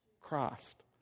Christ